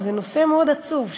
אבל זה נושא מאוד עצוב,